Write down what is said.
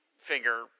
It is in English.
Finger